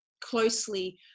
closely